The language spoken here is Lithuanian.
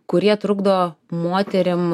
kurie trukdo moterim